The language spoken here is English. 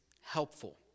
helpful